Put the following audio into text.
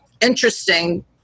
interesting